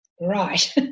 Right